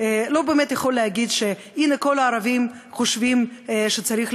לא באמת יכול להגיד שהנה כל הערבים חושבים שצריך,